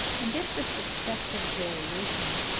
and if the successive variations,